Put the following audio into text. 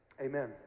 Amen